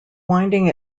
winding